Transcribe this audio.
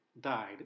died